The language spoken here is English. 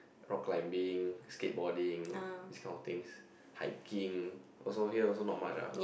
rock climbing skateboarding these kind of things hiking also here also not much lah